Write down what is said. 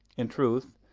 in truth,